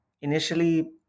initially